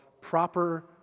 proper